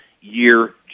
year